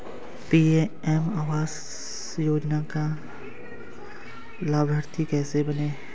PM Awas Yojana का लाभर्ती कैसे बनें?